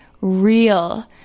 real